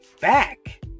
back